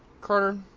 Carter